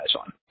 on